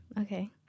Okay